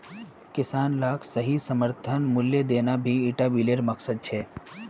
किसान लाक सही समर्थन मूल्य देना भी इरा बिलेर मकसद छे